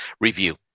review